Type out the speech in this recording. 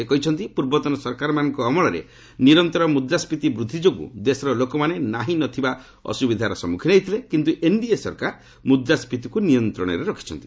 ସେ କହିଛନ୍ତି ପୂର୍ବତନ ସରକାରମାନଙ୍କ ଅମଳରେ ନିରନ୍ତର ମୁଦ୍ରାୱିତି ବୃଦ୍ଧି ଯୋଗୁଁ ଦେଶର ଲୋକମାନେ ନାହିଁ ନଥିବା ଅସୁବିଧାର ସମ୍ମୁଖୀନ ହୋଇଥିଲେ କିନ୍ତୁ ଏନ୍ଡିଏ ସରକାର ମୁଦ୍ରାସ୍କିତିକୁ ନିୟନ୍ତ୍ରଣରେ ରଖିଛନ୍ତି